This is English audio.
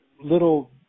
little